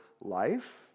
life